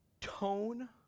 tone